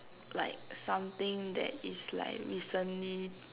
like something that is like recently